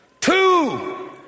two